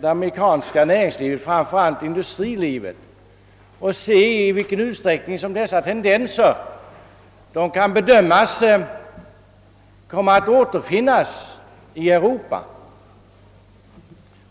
det amerikanska näringslivet, framför allt industrin, och se i vilken utsträckning dessa tendenser kan bedömas komma att återfinnas i Europa.